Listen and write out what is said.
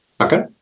Okay